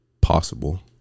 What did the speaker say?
possible